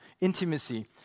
intimacy